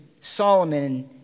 Solomon